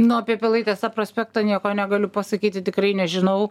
no apie pilaitės tą prospektą nieko negaliu pasakyti tikrai nežinau